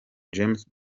james